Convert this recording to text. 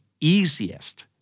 easiest